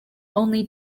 only